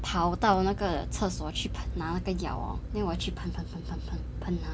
跑到那个厕所去拿那个药哦 then 我去喷喷喷喷喷喷